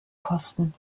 kosten